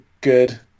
good